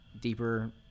deeper